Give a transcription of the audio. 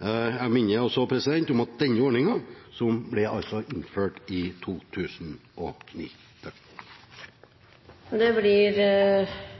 Jeg minner også om denne ordningen, som altså ble innført i 2009. Det blir